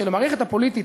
שלמערכת הפוליטית,